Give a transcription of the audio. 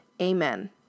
Amen